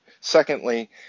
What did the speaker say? Secondly